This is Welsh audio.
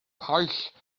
paill